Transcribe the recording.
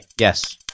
yes